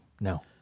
No